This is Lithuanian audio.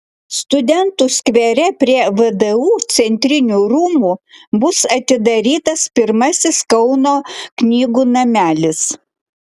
studentų skvere prie vdu centrinių rūmų bus atidarytas pirmasis kauno knygų namelis